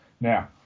Now